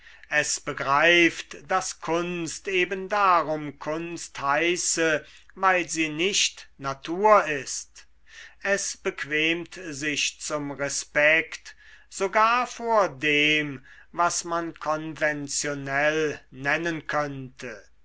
es begreift daß kunst eben darum kunst heiße weil sie nicht natur ist es bequemt sich zum respekt sogar vor dem was man konventionell nennen könnte